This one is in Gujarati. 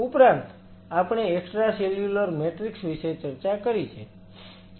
ઉપરાંત આપણે એક્સ્ટ્રાસેલ્યુલર મેટ્રિક્સ વિશે ચર્ચા કરી છે